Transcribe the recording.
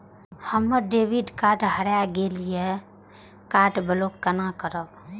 हमर debit card हरा गेल ये कार्ड ब्लॉक केना करब?